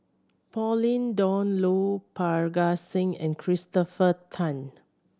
Pauline Dawn Loh Parga Singh and Christopher Tan